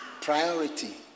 Priority